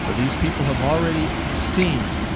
ah these people have already seen